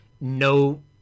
no